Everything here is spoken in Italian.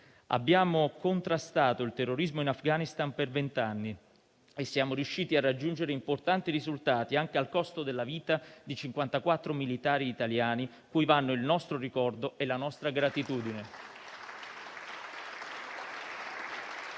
Abbiamo contrastato il terrorismo in Afghanistan per vent'anni e siamo riusciti a raggiungere importanti risultati anche al costo della vita di 54 militari italiani, cui vanno il nostro ricordo e la nostra gratitudine.